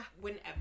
whenever